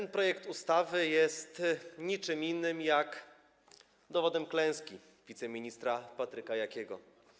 Ten projekt ustawy jest niczym innym jak dowodem klęski wiceministra Patryka Jakiego.